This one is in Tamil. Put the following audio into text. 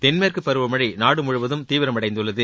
தென்மேற்கு பருவமழை நாடுமுழுவதும் தீவிரமடைந்துள்ளது